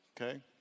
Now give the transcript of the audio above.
okay